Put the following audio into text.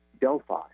Delphi